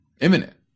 imminent